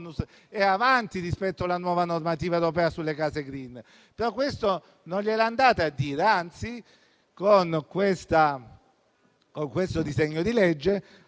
è avanti rispetto alla nuova normativa europea sulle Case *green*. Però questo non glielo andate a dire; anzi, con il disegno di legge